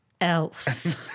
else